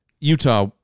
Utah